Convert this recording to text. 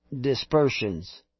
dispersions